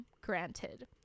granted